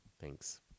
Thanks